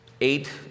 eight